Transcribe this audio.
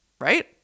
right